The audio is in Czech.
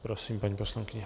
Prosím, paní poslankyně.